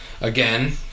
again